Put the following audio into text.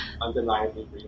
undeniably